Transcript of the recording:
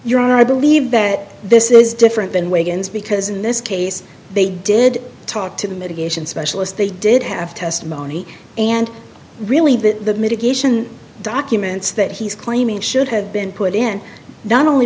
your honor i believe that this is different than wigan's because in this case they did talk to the mitigation specialist they did have testimony and really the mitigation documents that he's claiming should have been put in not only